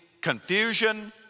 confusion